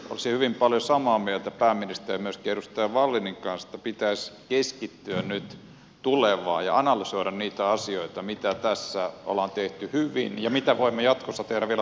olisin hyvin paljon samaa mieltä pääministerin ja myöskin edustaja wallinin kanssa että pitäisi keskittyä nyt tulevaan ja analysoida niitä asioita mitä tässä on tehty hyvin ja mitä voimme jatkossa tehdä vielä paremmin